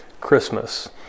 Christmas